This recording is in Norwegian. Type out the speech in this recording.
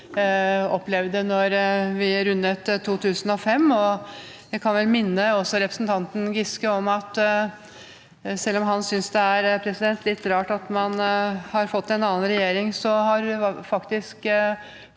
opplevde da vi rundet 2005. Jeg kan vel også minne representanten Giske om at selv om han synes det er litt rart at man har fått en annen regjering, så har faktisk